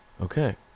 Okay